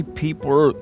people